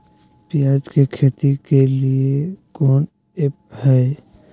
प्याज के खेती के लिए कौन ऐप हाय?